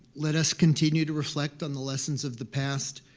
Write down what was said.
let us continue to reflect on the lessons of the past,